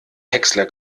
häcksler